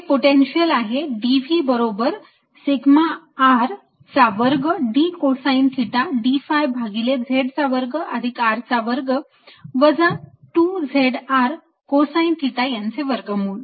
हे पोटेन्शियल आहे dv बरोबर सिग्मा R चा वर्ग d cosine theta d phi भागिले z चा वर्ग अधिक R चा वर्ग वजा 2 z R कोसाईन थिटा यांचे वर्गमूळ